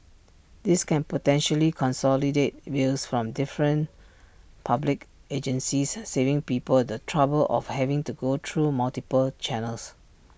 this can potentially consolidate bills from different public agencies saving people the trouble of having to go through multiple channels